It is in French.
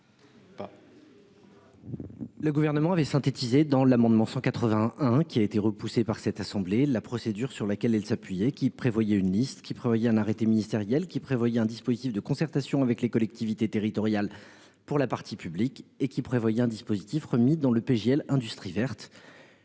Le gouvernement avait synthétisé dans l'amendement 181 qui a été repoussée par cette assemblée, la procédure sur laquelle elle s'appuyer, qui prévoyait une liste qui prévoyait un arrêté ministériel qui prévoyait un dispositif de concertation avec les collectivités territoriales pour la partie publique et qui prévoyait un dispositif remis dans le l'industrie verte,